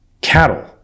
cattle